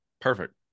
perfect